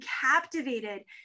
captivated